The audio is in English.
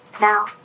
now